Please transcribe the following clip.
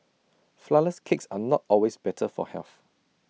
Flourless Cakes are not always better for health